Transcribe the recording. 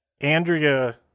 Andrea